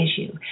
issue